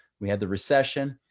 we had the recession.